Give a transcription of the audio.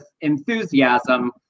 enthusiasm